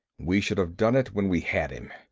we should have done it when we had him.